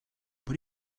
what